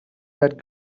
that